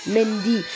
Mendi